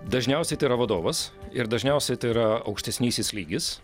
dažniausiai tai yra vadovas ir dažniausiai tai yra aukštesnysis lygis